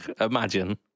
Imagine